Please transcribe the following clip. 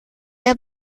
der